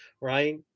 Right